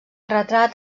retrat